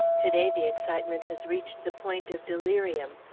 to-day, the excitement has reached the point of delirium.